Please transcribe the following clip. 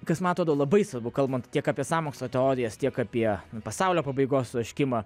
kas man atrodo labai svarbu kalbant tiek apie sąmokslo teorijas tiek apie pasaulio pabaigos troškimą